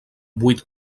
vuit